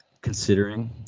considering